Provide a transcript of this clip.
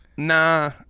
Nah